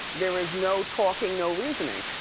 there is no talking, no reasoning.